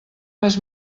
més